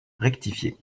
rectifié